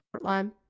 lime